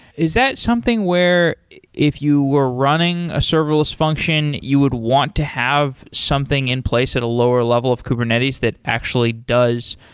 is that something where if you were running a serverless function, you would want to have something in place at a lower level of kubernetes that actually does,